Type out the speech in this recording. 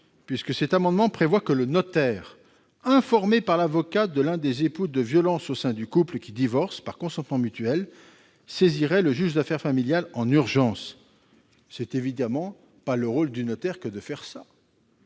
puisqu'il prévoit que le notaire, informé par l'avocat de l'un des époux de violences au sein d'un couple qui divorce par consentement mutuel, saisirait le juge aux affaires familiales en urgence. Ce n'est évidemment pas le rôle du notaire ! L'avocat